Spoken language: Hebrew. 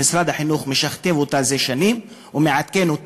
שמשרד החינוך משכתב זה שנים ומעדכן.